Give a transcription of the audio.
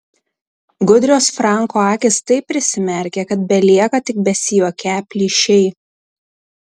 gudrios franko akys taip prisimerkia kad belieka tik besijuokią plyšiai